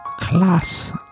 class